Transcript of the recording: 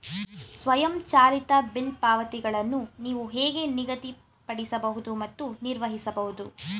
ಸ್ವಯಂಚಾಲಿತ ಬಿಲ್ ಪಾವತಿಗಳನ್ನು ನೀವು ಹೇಗೆ ನಿಗದಿಪಡಿಸಬಹುದು ಮತ್ತು ನಿರ್ವಹಿಸಬಹುದು?